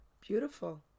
beautiful